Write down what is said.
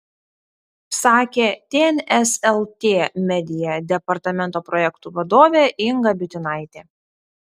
sakė tns lt media departamento projektų vadovė inga bitinaitė